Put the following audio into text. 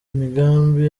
imigambi